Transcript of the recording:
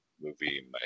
movie